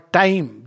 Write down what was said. time